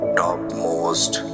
topmost